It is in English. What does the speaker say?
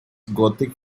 gothic